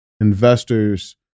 investors